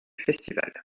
festival